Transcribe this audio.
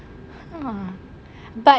ah